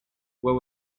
what